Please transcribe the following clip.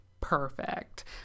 Perfect